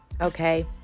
Okay